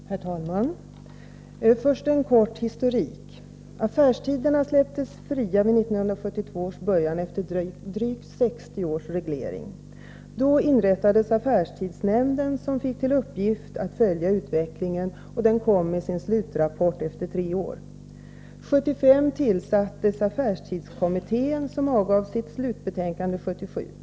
Herr talman! Först en kort historik. Affärstiderna släpptes fria vid 1972 års början efter drygt 60 års reglering. Då inrättades affärstidsnämnden, som fick till uppgift att följa utvecklingen och som kom med sin slutrapport efter tre år. 1975 tillsattes affärstidskommittén, som avgav sitt slutbetänkande 1977.